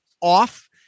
off